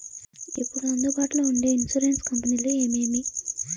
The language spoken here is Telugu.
ఇప్పుడు అందుబాటులో ఉండే ఇన్సూరెన్సు కంపెనీలు ఏమేమి?